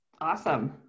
Awesome